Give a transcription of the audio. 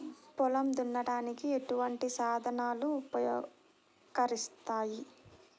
పొలం దున్నడానికి ఎటువంటి సాధనాలు ఉపకరిస్తాయి?